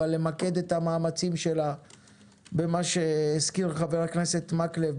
אבל למקד את המאמצים שלה במה שהזכיר חבר הכנסת מקלב,